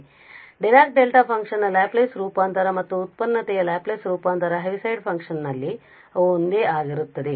ಆದ್ದರಿಂದ Dirac delta function ನ Laplace ರೂಪಾಂತರ ಮತ್ತು ವ್ಯುತ್ಪನ್ನತೆಯ ಲ್ಯಾಪ್ಲೇಸ್ ರೂಪಾಂತರ ಹೆವಿಸೈಡ್ ಫಂಕ್ಷನ್ ನಲ್ಲಿ ಅವು ಒಂದೇ ಆಗಿರುತ್ತವೆ